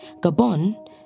Gabon